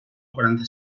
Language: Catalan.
quaranta